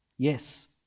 Yes